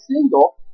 single